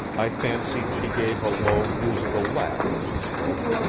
i fancied she gave a low, musical laugh as she spoke,